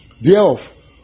Thereof